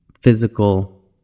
physical